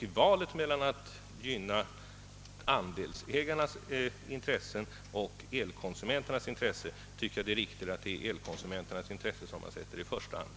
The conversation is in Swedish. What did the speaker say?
I valet mellan att gynna andelsägarnas intressen och elkonsumenternas intressen tycker jag det är riktigt att sätta elkonsumenternas intresse i främsta rummet.